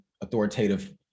authoritative